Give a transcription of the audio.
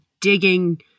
digging